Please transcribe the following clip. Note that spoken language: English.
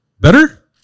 better